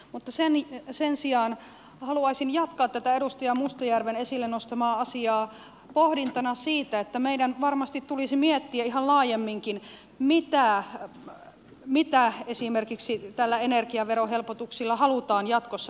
mutta sen sijaan haluaisin jatkaa tätä edustaja mustajärven esille nostamaa asiaa pohdintana siitä että meidän varmasti tulisi miettiä ihan laajemminkin mitä esimerkiksi näillä energiaverohelpotuksilla halutaan jatkossa tukea